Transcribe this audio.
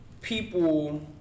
people